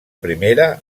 primera